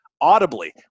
audibly